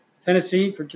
Tennessee